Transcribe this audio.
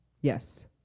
Yes